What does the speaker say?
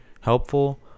helpful